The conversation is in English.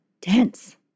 tense